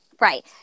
right